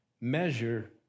measure